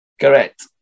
Correct